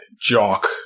jock-